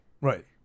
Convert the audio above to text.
Right